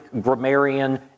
grammarian